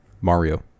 Mario